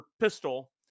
pistol